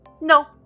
no